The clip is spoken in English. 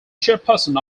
chairperson